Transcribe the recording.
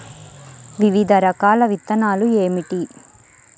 వివిధ రకాల విత్తనాలు ఏమిటి?